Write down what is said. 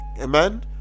Amen